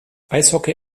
eishockey